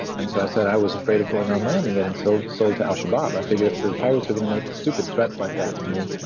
and so i said i was afraid of going on land and getting sold sold to al-shabaab. i figured it if the pirates are going to make stupid threats like that to me,